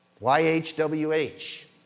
Y-H-W-H